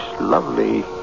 lovely